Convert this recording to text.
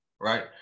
Right